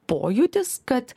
pojūtis kad